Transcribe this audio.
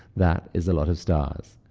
that is a lot of stars.